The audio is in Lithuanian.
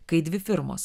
kai dvi firmos